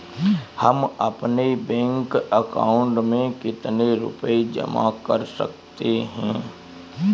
हम अपने bank account में कितने रुपये जमा कर सकते हैं?